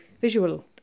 visual